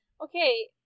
Okay